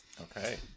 Okay